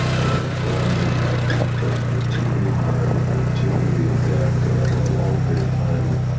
and if one works particularly hard, is particularly adept, and over a long period of time,